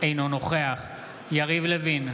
אינו נוכח יריב לוין,